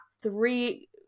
three